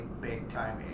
big-time